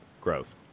growth